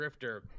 grifter